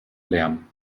lärm